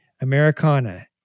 Americana